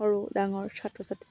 সৰু ডাঙৰ ছাত্ৰ ছাত্ৰী